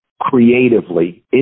creatively